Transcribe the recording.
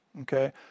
Okay